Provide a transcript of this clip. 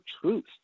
truth